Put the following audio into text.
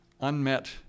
unmet